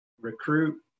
recruit